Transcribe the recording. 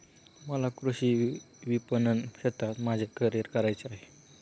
मला कृषी विपणन क्षेत्रात माझे करिअर करायचे आहे